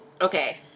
okay